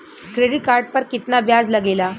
Credit card पर कितना ब्याज लगेला?